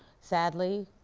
sadly,